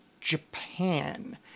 Japan